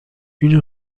une